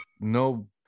no